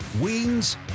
Wings